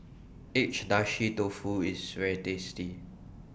Agedashi Dofu IS very tasty